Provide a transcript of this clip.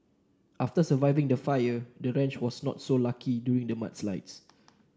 after surviving the fire the ranch was not so lucky during the mudslides